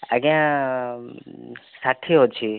ଆଜ୍ଞା ଷାଠିଏ ଅଛି